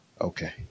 okay